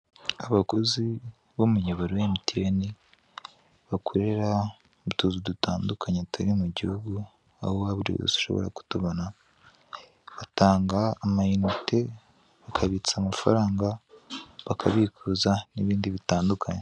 Abakozi b'umuyoboro wa Mtn, bakorera mu tuzu dutandukanye turi mu gihugu aho waba uri hose ushobora kutubona, batanga amayinite, bakabitsa amafaranga, bakabikuza n'ibindi bitandukanye.